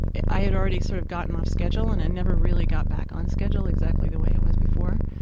i had already sort of gotten off schedule and i never really got back on schedule exactly the way it was before.